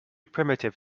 primitive